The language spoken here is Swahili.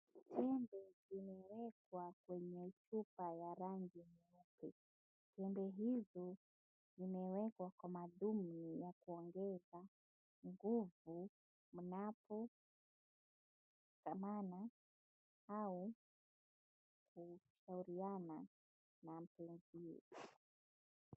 Tembe zimewekwa kwenye chupa ya rangi nyeupe. Tembe hizi zimewekwa kwa madhumuni ya kuongeza nguvu mnapojamiana au kushauriana na mpenziwe.